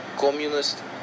communist